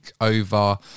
over